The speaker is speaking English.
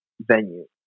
venue